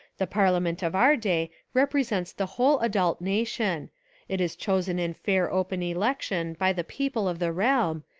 the parlia ment of our day represents the whole adult nation it is chosen in fair open election by the people of the realm,